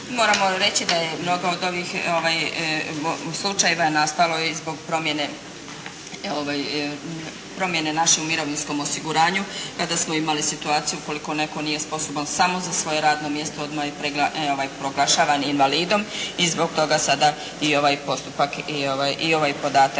Moramo reći da je mnogo od ovih slučajeva nastalo i zbog promjene u našem mirovinskom osiguranju kada smo imali situaciju ukoliko netko nije sposoban samo za svoje radno mjesto odmah je proglašavan invalidom i zbog toga sada i ovaj postupak i ovaj podatak